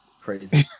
Crazy